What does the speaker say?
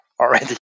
already